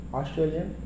Australian